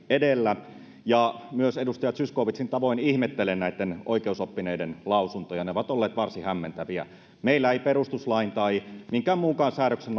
edellä ja edustaja zyskowiczin tavoin myös ihmettelen näitten oikeusoppineiden lausuntoja ne ovat olleet varsin hämmentäviä meillä ei perustuslain tai minkään muunkaan säädöksen